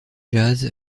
jazz